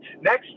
next